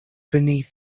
beneath